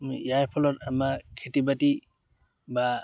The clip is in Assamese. আমি ইয়াৰ ফলত আমাৰ খেতি বাতি বা